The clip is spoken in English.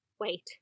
Wait